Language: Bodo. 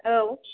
औ